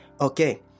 okay